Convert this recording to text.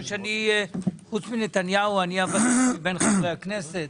חוץ מנתניהו אני הוותיק מבין חברי הכנסת.